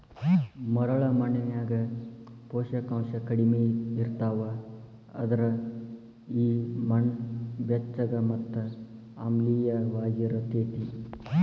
ಮರಳ ಮಣ್ಣಿನ್ಯಾಗ ಪೋಷಕಾಂಶ ಕಡಿಮಿ ಇರ್ತಾವ, ಅದ್ರ ಈ ಮಣ್ಣ ಬೆಚ್ಚಗ ಮತ್ತ ಆಮ್ಲಿಯವಾಗಿರತೇತಿ